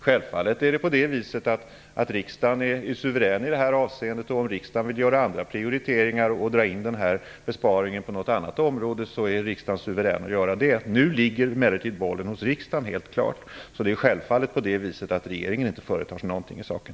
Självfallet är riksdagen suverän i detta avseende, och om riksdagen vill göra andra prioriteringar och göra besparingen på något annat område är riksdagen suverän att göra det. Nu ligger bollen helt klart hos riksdagen. Regeringen företar sig självfallet inte någonting i saken.